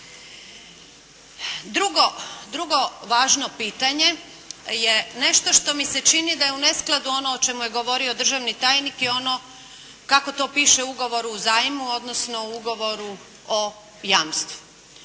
Drugo važno pitanje je nešto što mi se čini da je u neskladu ono o čemu je govorio državni tajnik i ono kako to piše u ugovoru o zajmu odnosno u ugovoru o jamstvu.